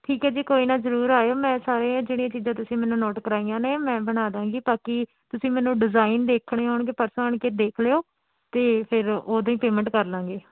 ਠੀਕ ਹੈ ਜੀ ਕੋਈ ਨਾ ਜ਼ਰੂਰ ਆਇਓ ਮੈਂ ਸਾਰੇ ਜਿਹੜੀਆਂ ਚੀਜ਼ਾਂ ਤੁਸੀਂ ਮੈਨੂੰ ਨੋਟ ਕਰਾਈਆ ਨੇ ਮੈਂ ਬਣਾ ਦੂੰਗੀ ਬਾਕੀ ਤੁਸੀਂ ਮੈਨੂੰ ਡਿਜ਼ਾਇਨ ਦੇਖਣੇ ਹੋਣਗੇ ਪਰਸੋਂ ਆਣ ਕੇ ਦੇਖ ਲਿਓ ਅਤੇ ਫਿਰ ਉਦੋਂ ਹੀ ਪੇਮੈਂਟ ਕਰ ਲਾਂਗੇ